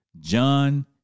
John